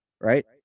right